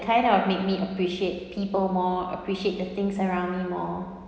kind of made me appreciate people more appreciate the things around me more